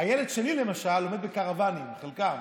הילד שלי, למשל, לומד בקרוואנים, חלקם.